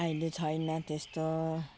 अहिले छैन त्यस्तो